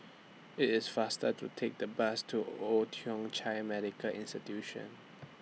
IT IS faster to Take The Bus to Old Thong Chai Medical Institution